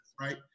right